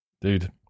dude